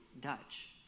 Dutch